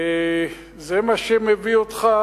זה מה שמביא אותך,